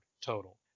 total